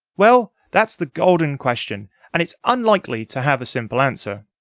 well, that's the golden question and it's unlikely to have a simple answer.